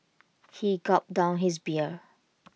he gulped down his beer